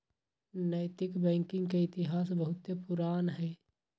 नैतिक बैंकिंग के इतिहास बहुते पुरान हइ